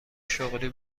شغلی